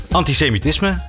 antisemitisme